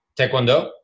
Taekwondo